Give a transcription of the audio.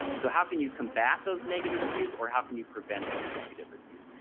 so how can you combat those negative reviews or how can you prevent those negative reviews.